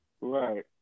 Right